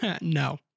No